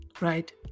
Right